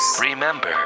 remember